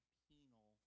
penal